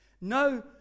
no